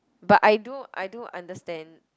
but I do I do understand